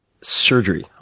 surgery